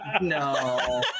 no